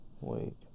Wait